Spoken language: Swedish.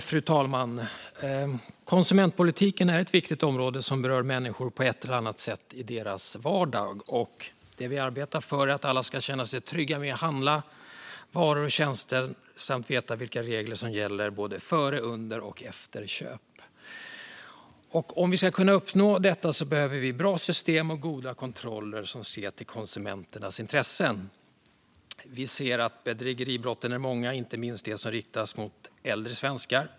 Fru talman! Konsumentpolitiken är ett viktigt område som berör människor på ett eller annat sätt i deras vardag. Det vi arbetar för är att alla ska känna sig trygga med att handla varor och tjänster och veta vilka regler som gäller både före, under och efter köp. Om vi ska kunna uppnå detta behöver vi bra system och goda kontroller som ser till konsumenternas intressen. Vi ser att bedrägeribrotten är många, inte minst de som riktas mot äldre svenskar.